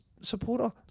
supporter